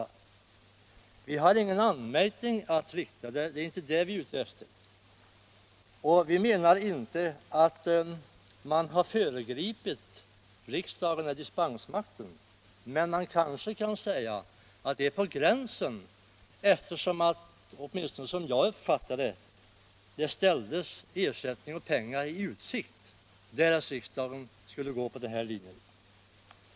Vi reservanter har ingen anmärkning att framställa, det är inte det vi är ute efter, och vi menar inte att man har föregripit riksdagen eller dispensmakten, men vi anser att det är på gränsen, eftersom — åtminstone som jag uppfattar det — det ställts ersättning i utsikt därest riksdagen skulle följa denna linje.